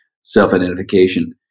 self-identification